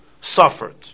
suffered